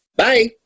Bye